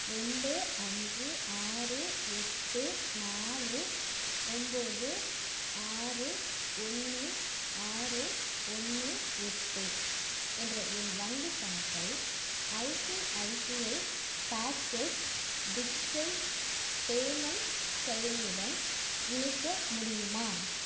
ரெண்டு அஞ்சு ஆறு எட்டு நாலு ஒம்பது ஆறு ஒன்று ஆறு ஒன்று எட்டு என்ற என் வங்கி கணக்கை ஐசிஐசிஐ பேக்கேட்ஸ் டிஜிட்டல் பேமெண்ட் செயலியுடன் இணைக்க முடியுமா